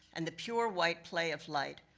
and the pure white play of light,